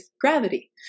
gravity